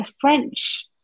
French